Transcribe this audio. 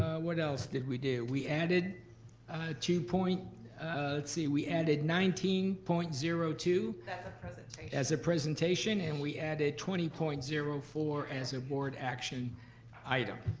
what else did we do? we added two, let's see. we added nineteen point zero two that's a presentation. as a presentation, and we added twenty point zero four as a board action item.